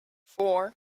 four